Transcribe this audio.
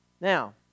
Now